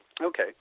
Okay